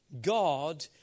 God